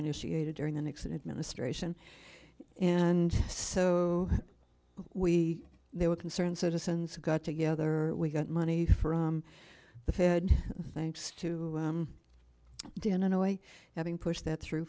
initiated during the nixon administration and so we they were concerned citizens got together we got money from the fed thanks to dan annoy having pushed that through